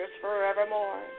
forevermore